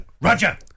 Roger